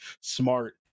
smart